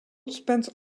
spends